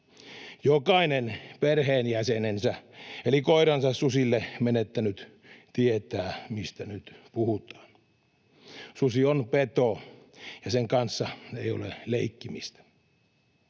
Jokainen perheenjäsenensä eli koiransa susille menettänyt tietää, mistä nyt puhutaan. Susi on peto, ja sen kanssa ei ole leikkimistä.